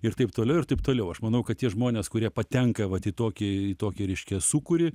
ir taip toliau ir taip toliau aš manau kad tie žmonės kurie patenka vat į tokį tokį reiškia sūkurį